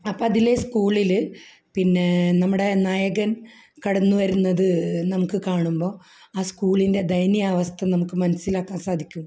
അപ്പോൾ അതിലെ സ്കൂളിൽ പിന്നെ നമ്മുടെ നായകൻ കടന്നു വരുന്നത് നമുക്ക് കാണുമ്പോൾ ആ സ്കൂളിൻ്റെ ദയനീയാവസ്ഥ നമുക്ക് മനസ്സിലാക്കാൻ സാധിക്കും